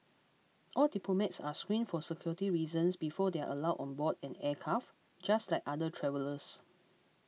all diplomats are screened for security reasons before they are allowed on board an aircraft just like other travellers